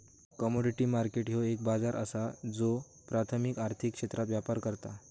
commodity market ह्यो एक बाजार असा ज्यो प्राथमिक आर्थिक क्षेत्रात व्यापार करता